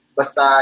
basta